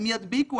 הם ידביקו.